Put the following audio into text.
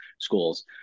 schools